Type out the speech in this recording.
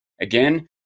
Again